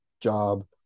job